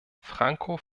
franco